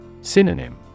Synonym